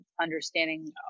understanding